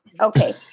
okay